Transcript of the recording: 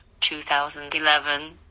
2011